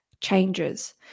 changes